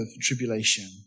tribulation